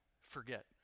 forget